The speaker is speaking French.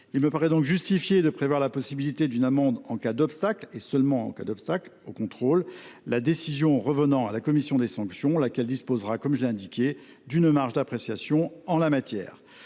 Il me paraît donc justifié de prévoir la possibilité d’une amende en cas d’obstacle au contrôle, et seulement dans ce cas, la décision revenant à la commission des sanctions, laquelle disposera, comme je l’ai indiqué, d’une marge d’appréciation en la matière.